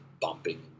bumping